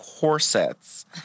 corsets